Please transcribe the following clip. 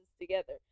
together